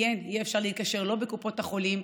כי אין, אי-אפשר להתקשר, לא בקופות החולים.